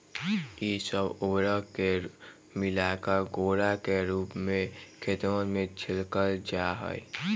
ई सब उर्वरक के मिलाकर घोला के रूप में खेतवन में छिड़कल जाहई